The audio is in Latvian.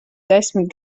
desmit